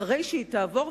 אחרי שהיא תעבור,